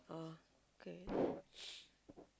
uh okay